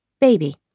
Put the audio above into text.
baby